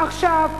עכשיו,